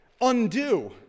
undo